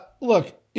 Look